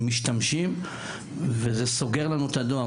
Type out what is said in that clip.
משתמשים וזה סוגר לנו את הדואר.